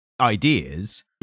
ideas